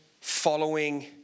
following